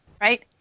right